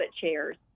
chairs